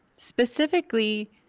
Specifically